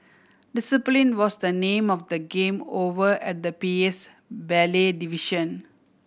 discipline was the name of the game over at the P A's ballet division